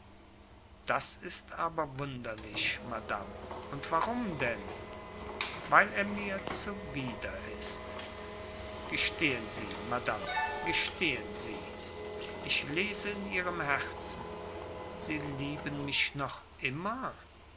das ist aber wunderlich madame und warum denn weil er mir zuwider ist gestehen sie madame gestehen sie ich lese in ihrem herzen sie lieben mich noch immer